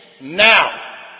now